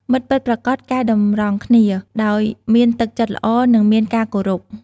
មិត្តពិតប្រាកដកែតម្រង់គ្នា ដោយមានទឹកចិត្តល្អ និងមានការគោរព។